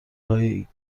هایی